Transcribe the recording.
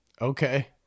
Okay